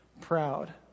proud